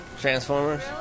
Transformers